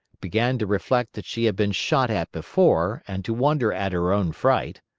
began to reflect that she had been shot at before and to wonder at her own fright,